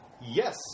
Yes